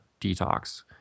detox